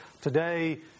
today